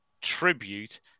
tribute